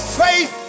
faith